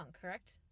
correct